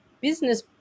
business